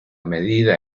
medida